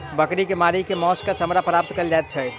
बकरी के मारि क मौस आ चमड़ा प्राप्त कयल जाइत छै